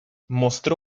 mostró